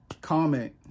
comment